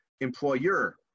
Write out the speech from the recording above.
employer